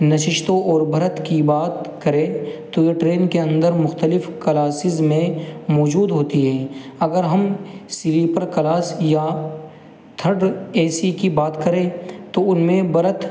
نشستوں اور برت کی بات کریں تو یہ ٹرین کے اندر مختلف کلاسز میں موجود ہوتی ہیں اگر ہم سلیپر کلاس یا تھرڈ اے سی کی بات کریں تو ان میں برت